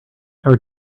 our